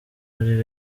ari